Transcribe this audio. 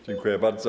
Dziękuję bardzo.